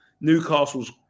Newcastle's